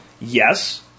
Yes